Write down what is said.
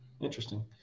Interesting